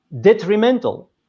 detrimental